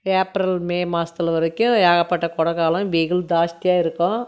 April May மாசத்தில் வரைக்கும் ஏகப்பட்ட கோடைக்காலம் வெயில் ஜாஸ்தியா இருக்கும்